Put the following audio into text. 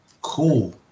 Cool